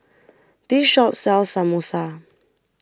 this shop sells Samosa